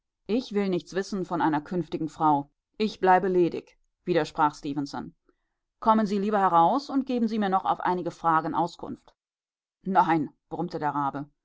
ich will nichts wissen von einer künftigen frau ich bleibe ledig widersprach stefenson kommen sie lieber heraus und geben sie mir noch auf einige fragen auskunft nein brummte der rabe